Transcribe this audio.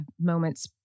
moments